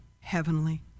heavenly